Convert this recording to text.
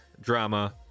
drama